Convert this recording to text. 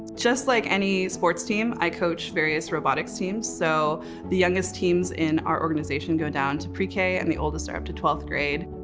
just like any sports team, i coach various robotics teams. so the youngest teams in our organization go down to pre-k and the oldest are up to twelfth grade.